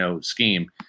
scheme